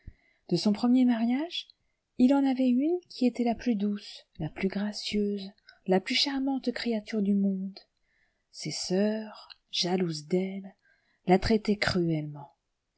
de son premier mariage il en avait une qui était la plus douce la plus gracieuse la plus charmante créature du monde ses sœurs jalouses d'elle la traitaient cruellement